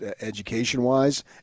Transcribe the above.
education-wise